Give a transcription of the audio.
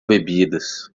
bebidas